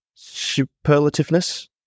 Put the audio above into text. superlativeness